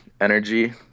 energy